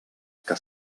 que